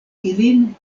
ilin